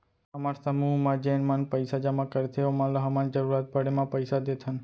हमर समूह म जेन मन पइसा जमा करथे ओमन ल हमन जरूरत पड़े म पइसा देथन